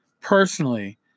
personally